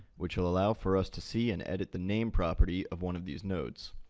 which will allow for us to see and edit the name property of one of these nodes.